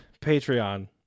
patreon